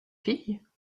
filles